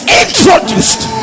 introduced